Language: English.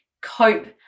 cope